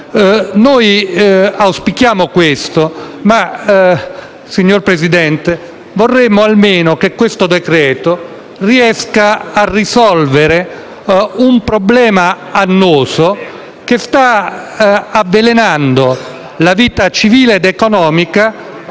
Noi auspichiamo tutto ciò, signor Presidente, ma vorremmo almeno che questo decreto-legge riuscisse a risolvere un problema annoso, che sta avvelenando la vita civile ed economica